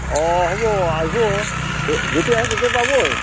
অঁ হ'ব আহিব যেতিয়া আহে তেতিয়া পাবই